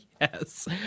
Yes